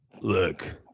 Look